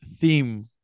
theme